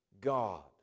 God